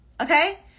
okay